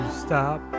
stop